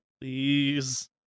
Please